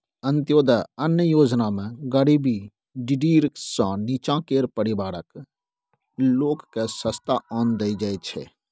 अंत्योदय अन्न योजनामे गरीबी डिडीर सँ नीच्चाँ केर परिबारक लोककेँ सस्ता ओन देल जाइ छै